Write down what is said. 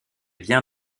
bien